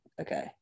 Okay